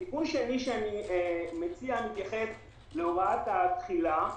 תיקון שני שאני מציע, מתייחס להוראת התחילה.